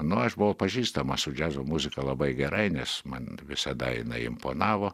nu aš buvau pažįstamas su džiazo muzika labai gerai nes man visada jinai imponavo